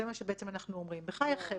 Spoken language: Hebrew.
בחייכם,